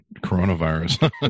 coronavirus